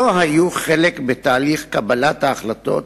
לא היו חלק בתהליך קבלת ההחלטות